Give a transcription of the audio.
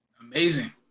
Amazing